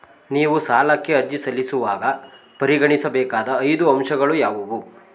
ನೀವು ಸಾಲಕ್ಕೆ ಅರ್ಜಿ ಸಲ್ಲಿಸುವಾಗ ಪರಿಗಣಿಸಬೇಕಾದ ಐದು ಅಂಶಗಳು ಯಾವುವು?